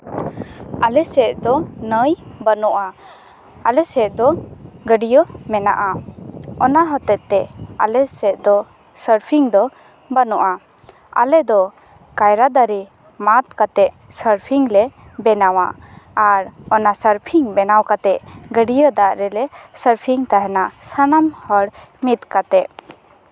ᱟᱞᱮ ᱥᱮᱫ ᱫᱚ ᱱᱟᱹᱭ ᱵᱟᱹᱱᱩᱜᱼᱟ ᱟᱞᱮ ᱥᱮᱫ ᱫᱚ ᱜᱟᱹᱰᱭᱟᱹ ᱢᱮᱱᱟᱜᱼᱟ ᱚᱱᱟ ᱦᱚᱛᱮᱜ ᱛᱮ ᱟᱞᱮ ᱥᱮᱫ ᱫᱚ ᱥᱟᱨᱯᱷᱤᱝ ᱫᱚ ᱵᱟᱹᱱᱩᱜᱼᱟ ᱟᱞᱮ ᱫᱚ ᱠᱟᱭᱨᱟ ᱫᱟᱨᱮ ᱢᱟᱜ ᱠᱟᱛᱮᱜ ᱥᱟᱨᱯᱷᱤᱝ ᱞᱮ ᱵᱮᱱᱟᱣᱟ ᱟᱨ ᱚᱱᱟ ᱥᱟᱨᱯᱷᱤᱝ ᱵᱮᱱᱟᱣ ᱠᱟᱛᱮ ᱜᱟᱹᱰᱭᱟᱹ ᱫᱟᱜ ᱨᱮᱞᱮ ᱥᱟᱨᱯᱷᱤᱝ ᱛᱟᱦᱮᱱᱟ ᱥᱟᱱᱟᱢ ᱦᱚᱲ ᱢᱤᱫ ᱠᱟᱛᱮ